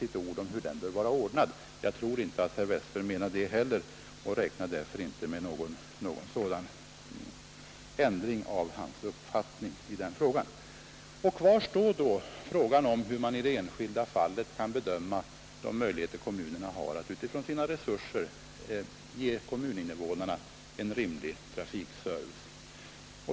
Jag tror att herr Westberg inte menade detta, och jag räknar bidrag från kom därför inte med någon sådan ändring av hans uppfattning i denna fråga. muner till olönsam Kvar står då frågan om hur man i det enskilda fallet kan bedöma de kollektiv trafik möjligheter kommunerna har att med sina resurser ge kommuninnevånar na en rimlig trafikservice.